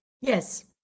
Yes